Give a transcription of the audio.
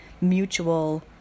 mutual